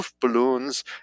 balloons